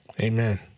Amen